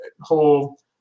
Whole